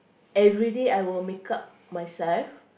everyday I will makeup myself